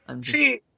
See